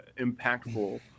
impactful